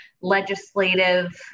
legislative